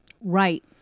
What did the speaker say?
right